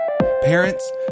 Parents